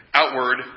outward